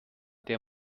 der